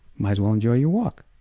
might as well enjoy your walk.